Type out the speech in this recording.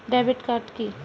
Debit card কি?